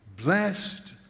Blessed